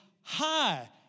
hi